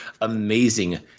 amazing